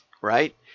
Right